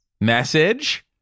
message